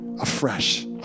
afresh